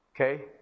Okay